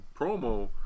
promo